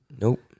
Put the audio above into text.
Nope